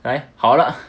来好了